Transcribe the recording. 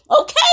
okay